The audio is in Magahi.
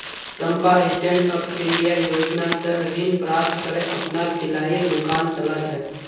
चंपा स्टैंडअप इंडिया योजना स ऋण प्राप्त करे अपनार सिलाईर दुकान चला छ